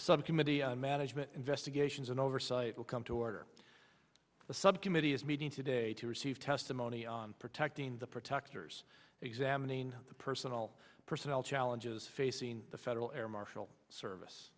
of management investigations and oversight will come to order the subcommittee is meeting today to receive testimony on protecting the protectors examining the personal personal challenges facing the federal air marshal service